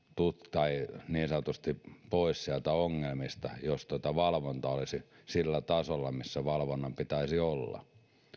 niin sanotusti pois sieltä ongelmista jos valvonta olisi sillä tasolla millä valvonnan pitäisi olla